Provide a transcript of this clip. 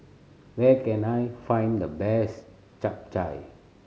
where can I find the best Chap Chai